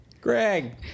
Greg